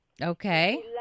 Okay